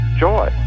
joy